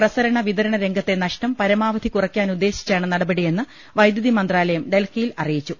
പ്രസരണ വിതരണ രംഗത്തെ നഷ്ടം പരമാ വധി കുറക്കാനുദ്ദേശിച്ചാണ് നടപടിയെന്ന് വൈദ്യുതി മന്ത്രാലയം ഡൽഹി യിൽ അറിയിച്ചു